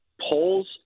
polls